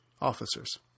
officers